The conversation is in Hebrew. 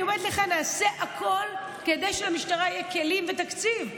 אני אומרת לך: נעשה הכול כדי שלמשטרה יהיו כלים ותקציב,